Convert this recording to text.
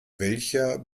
welcher